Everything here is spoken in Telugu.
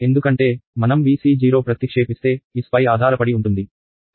ఎందుకంటే మనం V c0 ప్రత్తిక్షేపిస్తే S పై ఆధారపడి ఉంటుంది